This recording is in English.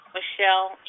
Michelle